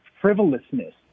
frivolousness